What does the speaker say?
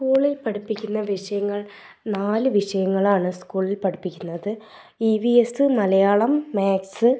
സ്കൂളിൽ പഠിപ്പിക്കുന്ന വിഷയങ്ങൾ നാല് വിഷയങ്ങളാണ് സ്കൂളിൽ പഠിപ്പിക്കുന്നത് E V S Malayalam makes